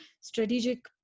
strategic